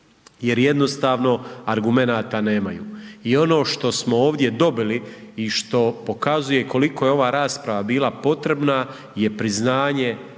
jer jednostavno argumenata nemaju. I ono što smo ovdje dobili i što pokazuje koliko je ova rasprava bila potrebna je priznanje